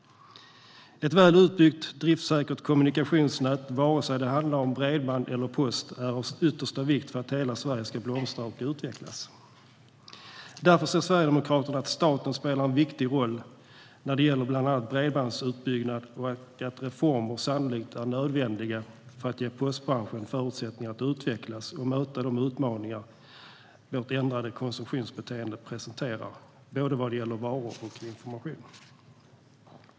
Ett väl utbyggt och driftssäkert kommunikationsnät, vare sig det handlar om bredband eller post, är av yttersta vikt för att hela Sverige ska blomstra och utvecklas. Därför ser Sverigedemokraterna att staten spelar en viktig roll när det gäller bland annat bredbandsutbyggnad, och att reformer sannolikt är nödvändiga för att ge postbranschen förutsättningar att utvecklas och möta de utmaningar som vårt ändrade konsumtionsbeteende presenterar, både vad gäller varor och information.